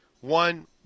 One